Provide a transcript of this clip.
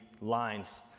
lines